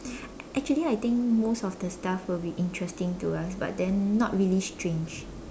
actually I think most of the stuff would be interesting to us but then not really strange